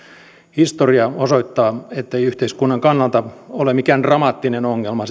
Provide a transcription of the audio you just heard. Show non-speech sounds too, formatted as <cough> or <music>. historia osoittaa ettei yhteiskunnan kannalta ole mikään dramaattinen ongelma <unintelligible>